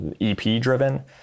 EP-driven